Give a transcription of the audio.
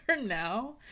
now